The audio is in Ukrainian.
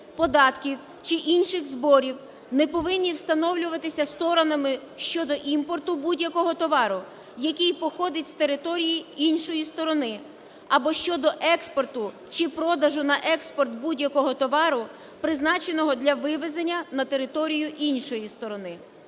податків чи інших зборів, не повинні встановлюватися сторонами щодо імпорту будь-якого товару, який походить з території іншої сторони або щодо експорту чи продажу на експорт будь-якого товару, призначеного для вивезення на територію іншої сторони.